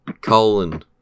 colon